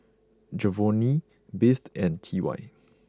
Giovanny Beth and T Y